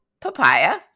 papaya